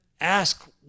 ask